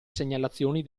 segnalazioni